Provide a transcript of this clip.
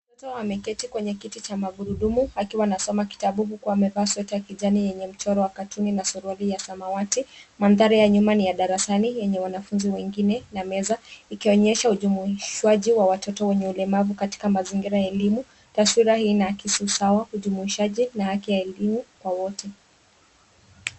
Mtoto ameketi kwenye kiti cha magurudumu akiwa anasoma kitabu huku amevaa sweta ya kijani yenye mchoro wa katuni na suruali ya samawati. Mandhari ya nyuma ni ya darasani yenye wanafunzi wengine na meza ikionyesha ujumuishwaji wa watoto wenye ulemavu katika mazingira ya elimu. Taswira hii inaakisi usawa, ujumuishwaji na haki ya elimu kwa wote.